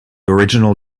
original